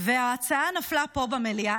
וההצעה נפלה פה במליאה.